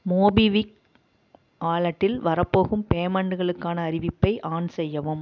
MobiKwik வாலெட்டில் வரப்போகும் பேமெண்டுகளுக்கான அறிவிப்பை ஆன் செய்யவும்